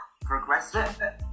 progressive